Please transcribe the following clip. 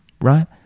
right